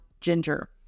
ginger